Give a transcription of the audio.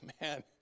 man